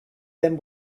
them